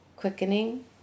quickening